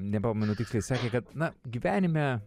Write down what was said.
nepamenu tiksliai sakė kad na gyvenime